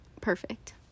perfect